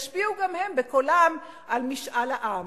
ישפיעו גם הם בקולם על משאל העם.